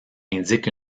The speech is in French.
indiquent